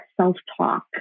self-talk